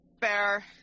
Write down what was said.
Fair